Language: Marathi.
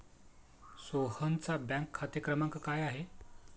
सोहनचा बँक खाते क्रमांक काय आहे?